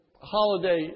holiday